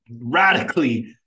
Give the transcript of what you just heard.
radically